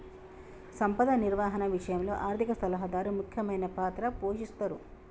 సంపద నిర్వహణ విషయంలో ఆర్థిక సలహాదారు ముఖ్యమైన పాత్ర పోషిస్తరు